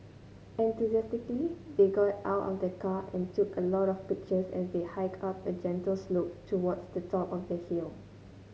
enthusiastically they got out of the car and took a lot of pictures as they hiked up a gentle slope towards the top of the hill